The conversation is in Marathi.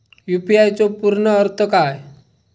यू.पी.आय चो पूर्ण अर्थ काय?